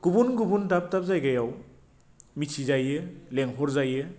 गुबुन गुबुन दाब दाब जायगायाव